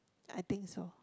I think so